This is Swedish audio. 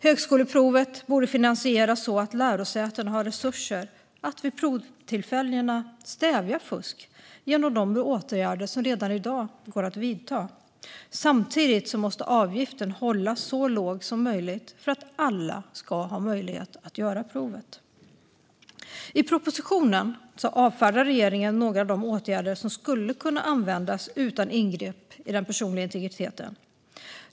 Högskoleprovet borde finansieras så att lärosätena har resurser att vid provtillfällena stävja fusk genom de åtgärder som redan i dag går att vidta. Samtidigt måste avgiften hållas så låg som möjligt för att alla ska ha möjlighet att göra provet. I propositionen avfärdar regeringen några av de åtgärder som skulle kunna användas utan ingrepp i den personliga integriteten.